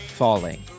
falling